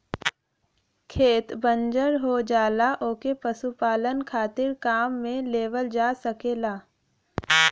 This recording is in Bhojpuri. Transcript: खेत बंजर हो जाला ओके पशुपालन खातिर काम में लेवल जा सकल जाला